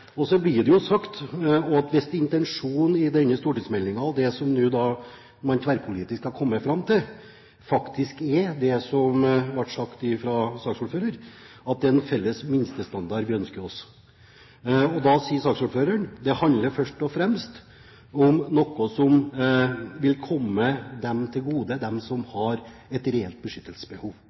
Hvis intensjonen i denne stortingsmeldingen og det som man tverrpolitisk har kommet fram til, faktisk er det som ble sagt av saksordføreren, er det en felles minstestandard vi ønsker oss. Da sier saksordføreren: Det handler først og fremst om noe som vil komme dem til gode som har et reelt beskyttelsesbehov.